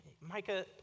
Micah